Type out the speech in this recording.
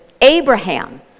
Abraham